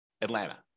Atlanta